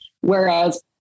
Whereas